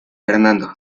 fernando